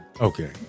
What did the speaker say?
Okay